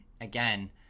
Again